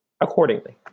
accordingly